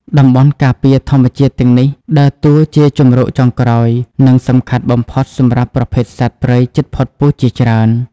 តំបន់ការពារធម្មជាតិទាំងនេះដើរតួជាជម្រកចុងក្រោយ និងសំខាន់បំផុតសម្រាប់ប្រភេទសត្វព្រៃជិតផុតពូជជាច្រើន។